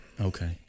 Okay